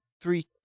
three